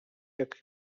jak